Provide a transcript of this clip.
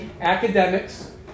academics